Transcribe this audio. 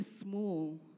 small